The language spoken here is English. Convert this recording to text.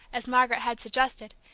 as margaret had suggested,